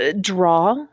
draw